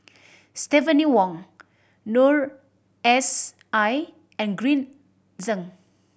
Stephanie Wong Noor S I and Green Zeng